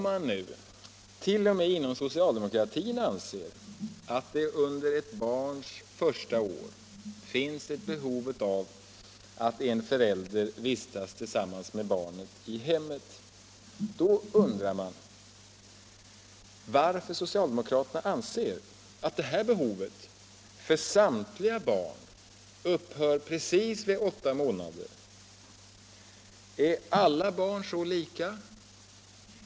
Men om nu t.o.m. socialdemokraterna anser att det under ett barns första år finns behov av att en förälder vistas tillsammans med barnet i hemmet, då undrar man varför socialdemokraterna anser att detta behov för samtliga barn upphör vid precis åtta månaders ålder. Är alla barn så lika?